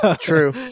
True